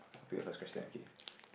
I'll pick the first question okay